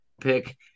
pick